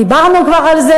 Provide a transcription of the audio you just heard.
דיברנו כבר על זה.